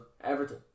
Everton